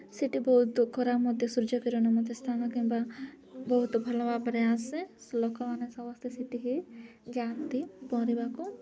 ସେଇଠି ବହୁତ ଖରା ମଧ୍ୟ ସୂର୍ଯ୍ୟକିିରଣ ମଧ୍ୟ ସ୍ଥାନ କିମ୍ବା ବହୁତ ଭଲ ଭାବରେ ଆସେ ଲୋକମାନେ ସମସ୍ତେ ସେଇଠିକୁ ଯାଆନ୍ତି ପହଁରିବାକୁ